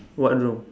what room